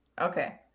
Okay